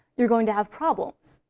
you're going to have problems.